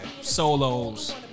solos